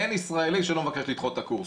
אין ישראלי שלא מבקש לדחות את הקורס,